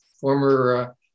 former